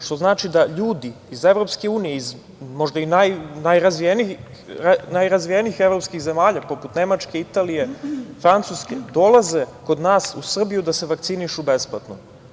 Što znači iz EU, možda iz najrazvijenijih zemalja poput Nemačke, Italije, Francuske, dolaze kod nas u Srbiju da se vakcinišu besplatno.